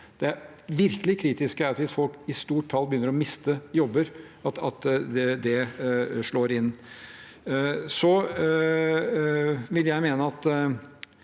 Det virkelig kritiske er hvis folk i stort antall begynner å miste jobber, og det slår inn. Jeg vil mene at